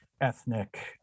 Ethnic